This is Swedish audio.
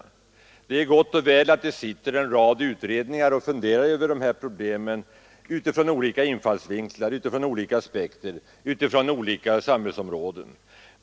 Det är gott och väl att en rad utredningar funderar över dessa problem utifrån olika infallsvinklar och aspekter med avseende på skilda samhällsområden.